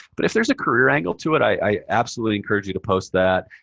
but if there's a career angle to it, i absolutely encourage you to post that.